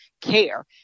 care